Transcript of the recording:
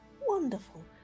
wonderful